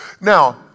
Now